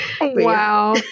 Wow